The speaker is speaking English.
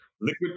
Liquid